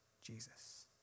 Jesus